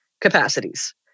capacities